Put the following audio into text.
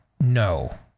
No